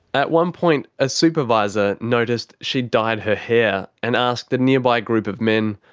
at one point, a supervisor noticed she'd dyed her hair, and asked a nearby group of men,